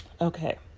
okay